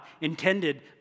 intended